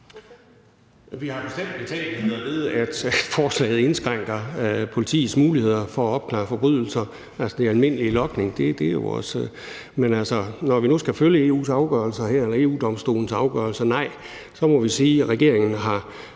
Vi har bestemt betænkeligheder ved, at forslaget indskrænker politiets muligheder for at opklare forbrydelser, altså den almindelige logning. Men når vi nu skal følge EU-Domstolens afgørelser her, må vi sige, at nej, regeringen har